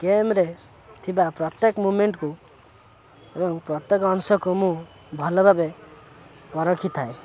ଗେମ୍ରେ ଥିବା ପ୍ରତ୍ୟେକ ମୋମେଣ୍ଟକୁ ଏବଂ ପ୍ରତ୍ୟେକ ଅଂଶକୁ ମୁଁ ଭଲ ଭାବେ ପରଖିଥାଏ